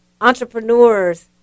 entrepreneurs